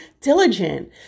diligent